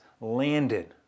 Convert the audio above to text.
landed